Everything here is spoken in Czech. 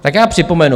Tak já připomenu.